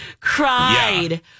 cried